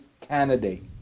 candidate